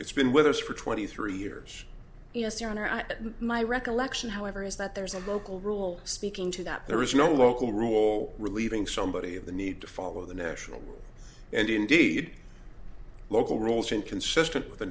it's been with us for twenty three years yes your honor my recollection however is that there's a local rule speaking to that there is no local rule relieving somebody of the need to follow the national and indeed local rules and consistent with